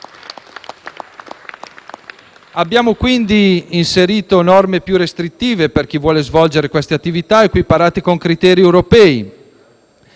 Abbiamo quindi inserito norme più restrittive per chi vuole svolgere queste attività equiparate con criteri europei,